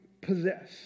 possess